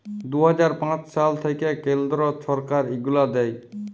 দু হাজার পাঁচ সাল থ্যাইকে কেলদ্র ছরকার ইগলা দেয়